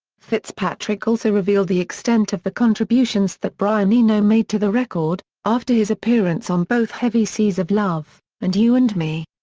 fitzpatrick also revealed the extent of the contributions that brian eno made to the record, after his appearance on both heavy seas of love and you and me.